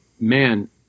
man